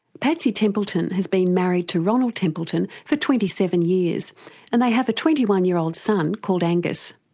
patsy templeton has been married to ronald templeton for twenty seven years and they have a twenty one year old son called angus.